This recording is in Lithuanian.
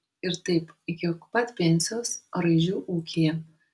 ir taip iki pat pensijos raižių ūkyje